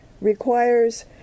requires